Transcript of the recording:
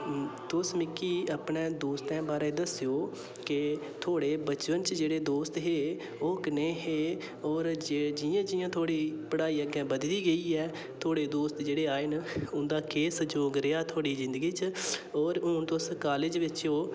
तुस मिगी अपने दोस्तें दे बारै दस्सेओ की थुहाड़े बचपन च जेह्ड़े दोस्त हे ओह् कनेह् हे होर जि'यां जि'यां थुहाड़ी पढ़ाई अग्गें बधदी गेई ऐ थुहाड़े दोस्त जेह्ड़े आए न उं'दा केह् सैहयोग रेहा थुहाड़ी जिंदगी च होर हून तुस कॉलेज बिच्च ओ